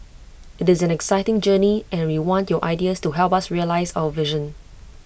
IT is an exciting journey and we want your ideas to help us realise our vision